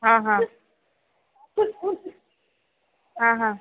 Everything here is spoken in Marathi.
हां हां हां हां